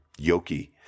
Yoki